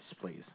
please